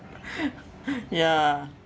ya